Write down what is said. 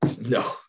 No